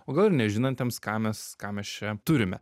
o gal ir nežinantiems ką mes ką mes čia turime